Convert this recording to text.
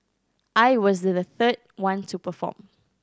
I was the third one to perform